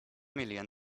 million